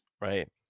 right